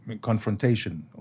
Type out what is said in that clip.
confrontation